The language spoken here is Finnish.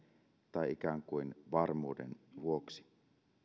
tai ikään kuin varmuuden vuoksi